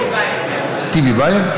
טיביבייב?